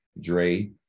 Dre